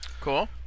Cool